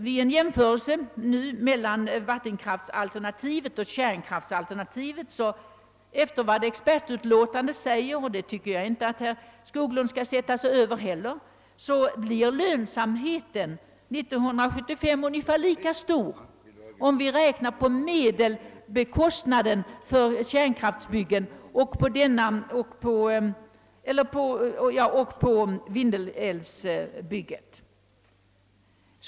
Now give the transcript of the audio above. Vid en jämförelse mellan vattenkraftalternativet och kärnkraftalternativet blir efter vad expertutlåtanden säger och det tycker jag inte att herr Skoglund skall sätta sig över — lönsamheten år 1975 lika stor, om vi räknar på medelkostnaden för kärnkraftbyggen och för Vindelälvsbygget.